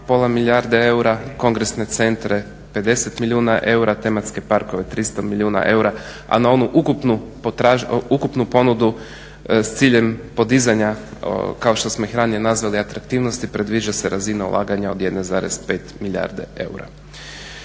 pola milijarde eura i kongresne centre 50 milijuna eura, tematske parkove 300 milijuna eura, a na onu ukupnu ponudu s ciljem podizanja kao što smo ih ranije nazvali atraktivnosti, predviđa se razina ulaganja od 1,5 milijarde eura.